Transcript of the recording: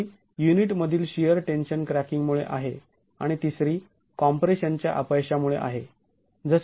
दुसरी युनिटमधील shear tension cracking मुळे आहे आणि तिसरी कॉम्प्रेशनच्या अपयशामुळे आहे